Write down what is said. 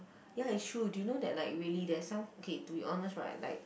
ya it's true do you know that like really there's some K to be honest right like